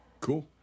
Cool